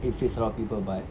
if it's a lot of people but